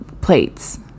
plates